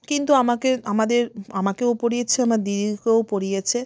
কিন্তু আমাকে আমাদের আমাকেও পড়িয়েছে আমার দিদিকেও পড়িয়েছে